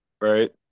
right